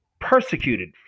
persecuted